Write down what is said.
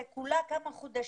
זה כולה כמה חודשים,